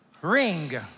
Ring